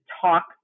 talk